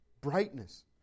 brightness